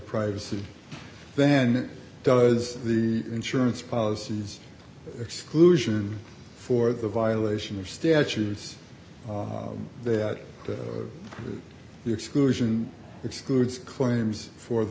privacy then does the insurance policies exclusion for the violation of statutes that exclusion excludes claims for the